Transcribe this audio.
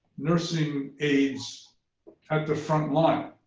nursing aides at the front line.